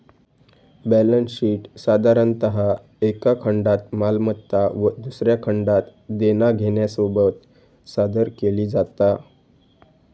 balance शीटसाधारणतः एका खंडात मालमत्ता व दुसऱ्या खंडात देना घेण्यासोबत सादर केली जाता